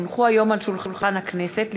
כי הונחו היום על שולחן הכנסת,